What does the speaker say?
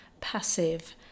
passive